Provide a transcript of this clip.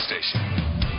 Station